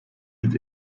yüz